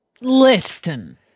Listen